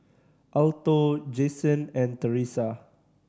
Alto Jasen and Thresa